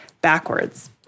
Backwards